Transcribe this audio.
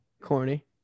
Corny